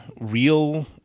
real